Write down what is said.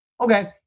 Okay